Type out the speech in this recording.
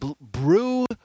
Brew